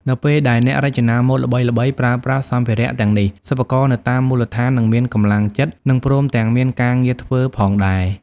នៅពេលដែលអ្នករចនាម៉ូដល្បីៗប្រើប្រាស់សម្ភារៈទាំងនេះ សិប្បករនៅតាមមូលដ្ឋាននឹងមានកម្លាំងចិត្ត និងព្រមទាំងមានការងារធ្វើផងដែរ។